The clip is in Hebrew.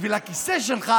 בשביל הכיסא שלך